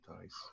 dice